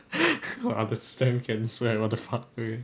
!wow! that's damn cancer eh what the fuck